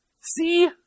See